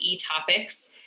topics